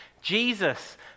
Jesus